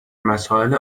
مسائل